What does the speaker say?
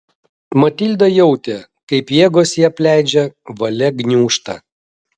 matilda jautė kaip jėgos ją apleidžia valia gniūžta